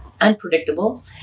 unpredictable